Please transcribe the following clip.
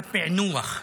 הפענוח.